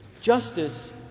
Justice